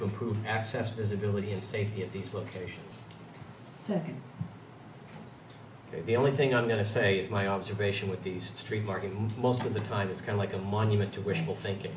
improve access visibility and safety of these locations so the only thing i'm going to say is my observation with the street market most of the time it's kind of like a monument to wishful thinking